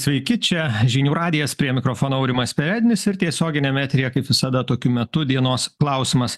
sveiki čia žinių radijas prie mikrofono aurimas perednis ir tiesioginiame eteryje kaip visada tokiu metu dienos klausimas